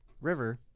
river